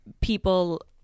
people